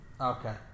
Okay